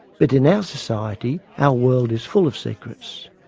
but in our society our world is full of secrets.